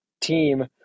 team